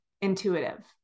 intuitive